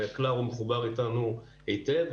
היקל"ר מחובר איתנו היטב,